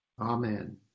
Amen